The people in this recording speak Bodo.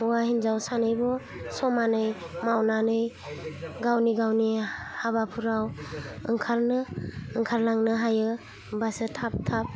हैवा हिन्जाव सानैबो समानै मावनानै गावनि गावनि हाबाफ्राव ओंखारनो ओंखारलांनो हायो होमबासो थाब थाब